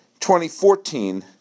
2014